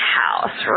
house